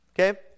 Okay